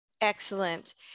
Excellent